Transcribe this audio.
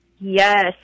Yes